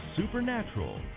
supernatural